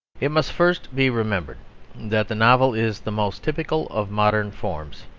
it must first be remembered that the novel is the most typical of modern forms.